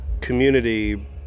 community